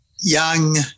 young